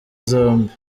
zombi